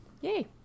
Yay